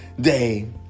day